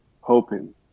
hoping